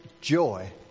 joy